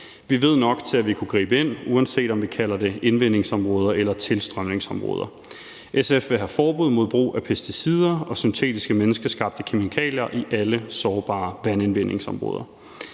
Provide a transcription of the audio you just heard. Vi ved nok, til at vi kunne gribe ind, uanset om vi kalder det indvindingsområder eller tilstrømningsområder. SF vil have forbud mod brug af pesticider og syntetiske menneskeskabte kemikalier i alle sårbare vandindvindingsområder.